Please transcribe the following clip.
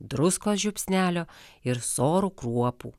druskos žiupsnelio ir sorų kruopų